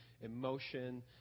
emotion